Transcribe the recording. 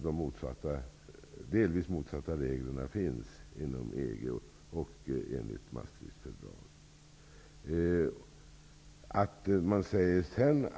Delvis motsatta regler finns inom EG och i Maastrichtfördraget.